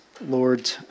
lord